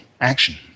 action